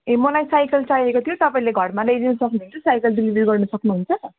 ए मलाई साइकल चाहिएको थियो तपाईँले घरमा ल्याइदिनु सक्नु हुन्छ साइकल डेलिभरी गर्नु सक्नु हुन्छ